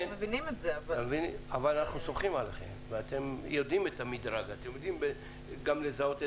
אבל אנחנו סומכים עליכם שאתם יודעים את המדרג ויודעים לזהות.